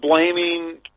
blaming